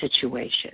situation